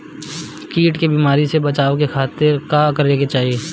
कीट के बीमारी से बचाव के खातिर का करे के चाही?